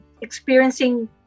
experiencing